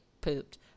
pooped